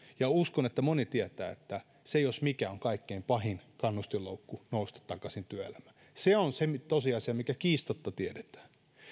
ja uskon että moni tietää että se jos mikä on kaikkein pahin kannustinloukku nousta takaisin työelämään se on se tosiasia mikä kiistatta tiedetään